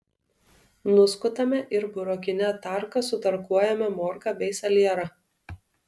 nuskutame ir burokine tarka sutarkuojame morką bei salierą